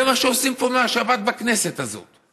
זה מה שעושים פה מהשבת, בכנסת הזאת.